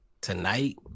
Tonight